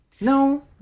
No